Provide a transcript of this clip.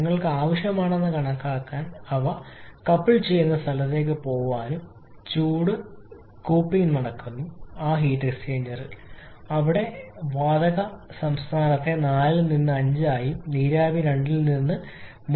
നിങ്ങൾക്ക് ആവശ്യമാണെന്ന് കണക്കാക്കാൻ അവ കപ്പിൾ ചെയ്യുന്ന സ്ഥലത്തേക്ക് പോകാനും ചൂടിൽ കൂപ്പിംഗ് നടക്കുന്നു എക്സ്ചേഞ്ചർ അവിടെ വാതകം സംസ്ഥാനത്തെ 4 ൽ നിന്ന് 5 ആയും നീരാവി 2 ൽ നിന്ന് അവസ്ഥയെ മാറ്റുന്നു T 3